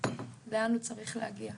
לאן הוא צריך להגיע.